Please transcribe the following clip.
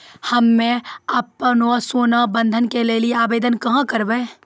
हम्मे आपनौ सोना बंधन के लेली आवेदन कहाँ करवै?